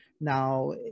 Now